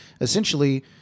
Essentially